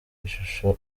ishusho